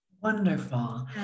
Wonderful